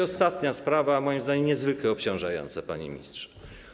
Ostatnia sprawa, moim zdaniem, niezwykle obciążająca, panie ministrze.